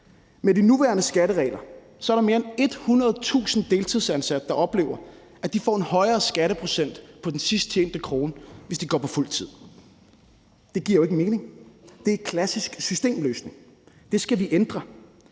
Med de nuværende skatteregler er der mere end 100.000 deltidsansatte, der oplever, at de får en højere skatteprocent på den sidsttjente krone, hvis de går på fuldtid. Det giver jo ikke mening. Det er klassisk systemløsning, og det skal vi ændre,